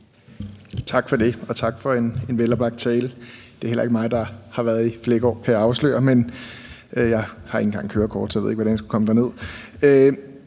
Tak for det, og tak for en veloplagt tale. Det er heller ikke mig, der har været i Fleggaard, kan jeg afsløre. Jeg har ikke engang et kørekort, så jeg ved heller ikke, hvordan jeg skulle komme derned.